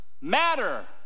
matter